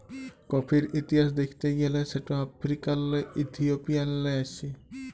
কফির ইতিহাস দ্যাখতে গ্যালে সেট আফ্রিকাল্লে ইথিওপিয়াল্লে আস্যে